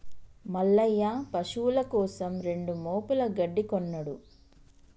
మల్లయ్య పశువుల కోసం రెండు మోపుల గడ్డి కొన్నడు